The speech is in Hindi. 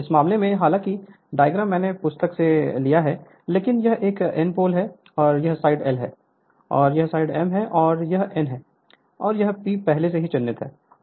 इस मामले में हालांकि डायग्राम मैंने पुस्तक से लिया है लेकिन यह एक N पोल है यह साइड L है और यह साइड m है और यह N है और यह P पहले से ही चिह्नित है